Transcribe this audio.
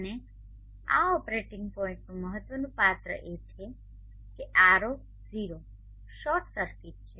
અને આ ઓપરેટિંગ પોઇન્ટનું મહત્વનું પાત્ર એ છે કે R0 0 શોર્ટ સર્કિટ છે